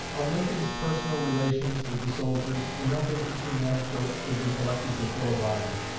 of lincoln's personal relations with the soldiers, enough interesting anecdotes could be collected to fill a volume.